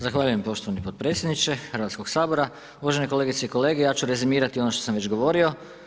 Zahvaljujem poštovani potpredsjedniče Hrvatskog sabora, uvažene kolegice i kolege ja ću rezimirati ono što sam već govorio.